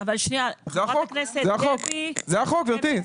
זה החוק, גבירתי.